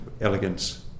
elegance